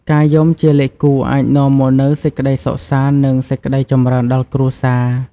ការយំជាលេខគូអាចនាំមកនូវសេចក្តីសុខសាន្ត និងសេចក្តីចម្រើនដល់គ្រួសារ។